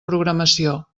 programació